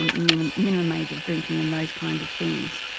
minimum minimum age of drinking and those kinds of things.